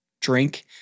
drink